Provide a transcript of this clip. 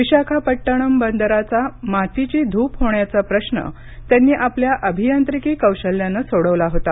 विशाखापट्टणम बंदराचा मातीची धूप होण्याचा प्रश्न त्यांनी आपल्या अभियांत्रिकी कौशल्यानं सोडवला होता